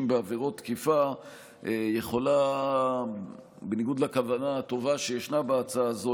בעבירות תקיפה יכולה בניגוד לכוונה הטובה שישנה בהצעה הזו,